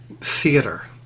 theater